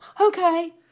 okay